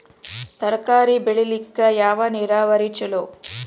ತರಕಾರಿ ಬೆಳಿಲಿಕ್ಕ ಯಾವ ನೇರಾವರಿ ಛಲೋ?